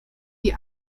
die